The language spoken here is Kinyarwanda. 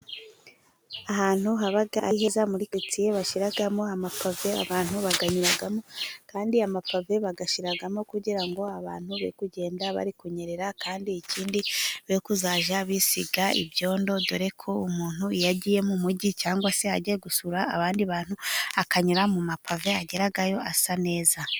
Ahantu haba ari heza muri karitsiye, bashyiramo amapave abantu bayanyuramo, kandi amapave bayashyiramo kugira ngo abantu be kugenda bari kunyerera, kandi ikindi be kuzajya bisiga ibyondo, dore ko umuntu iyo yagiye mu mugi cyangwa se agiye gusura abandi bantu, akanyura mu mapave agerayo asa neza.